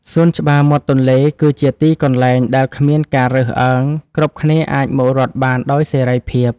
សួនច្បារមាត់ទន្លេគឺជាទីកន្លែងដែលគ្មានការរើសអើង គ្រប់គ្នាអាចមករត់បានដោយសេរីភាព។